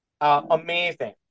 amazing